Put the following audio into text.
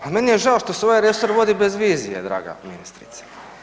Pa meni je žao što se ovaj resor vodi bez vizije draga ministrice.